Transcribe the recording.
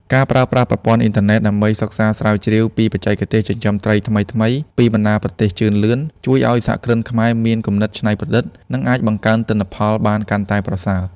ការប្រើប្រាស់ប្រព័ន្ធអ៊ីនធឺណិតដើម្បីសិក្សាស្រាវជ្រាវពីបច្ចេកទេសចិញ្ចឹមត្រីថ្មីៗពីបណ្ដាប្រទេសជឿនលឿន ជួយឱ្យសហគ្រិនខ្មែរមានគំនិតច្នៃប្រឌិត និងអាចបង្កើនទិន្នផលបានកាន់តែប្រសើរ។